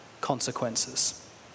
consequences